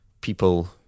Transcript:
people